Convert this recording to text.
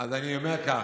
אז אני אומר כך: